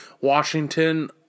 Washington